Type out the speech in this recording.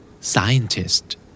Scientist